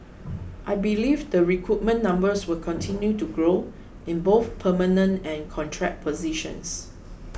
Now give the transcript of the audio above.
I believe the recruitment numbers will continue to grow in both permanent and contract positions